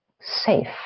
safe